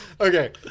Okay